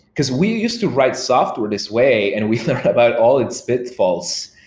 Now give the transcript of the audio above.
because we used to write software this way and we learn about all its pitfalls.